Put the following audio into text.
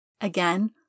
Again